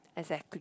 exactly